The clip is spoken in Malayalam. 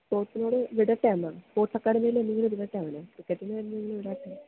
സ്പോർട്സിലേക്ക് വിടട്ടെ എന്നാല് സ്പോർട്സ് അക്കാഡമിയില് ഏന്തെങ്കിലും വിടട്ടെ അവനെ ക്രിക്കറ്റിന് വേണ്ടി വിടാം